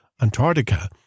Antarctica